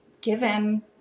given